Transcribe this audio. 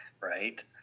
Right